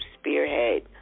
Spearhead